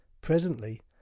Presently